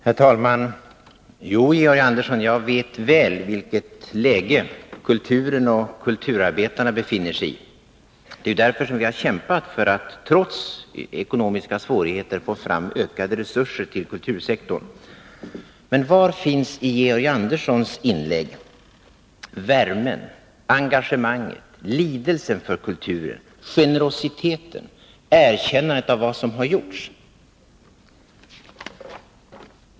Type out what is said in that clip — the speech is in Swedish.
Herr talman! Jo, Georg Andersson, jag vet väl vilket läge kulturen och kulturarbetarna befinner sig i. Det är därför vi har kämpat för att trots ekonomiska svårigheter få fram ökade resurser till kultursektorn. Men var finns i Georg Anderssons inlägg värmen, engagemanget, lidelsen för kulturen, generositeten, erkännandet av vad som har gjorts?